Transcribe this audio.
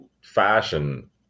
fashion